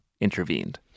intervened